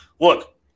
look